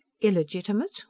illegitimate